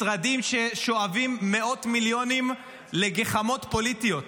משרדים ששואבים מאות מיליונים לגחמות פוליטיות,